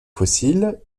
fossiles